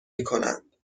میکنند